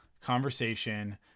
conversation